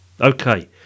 Okay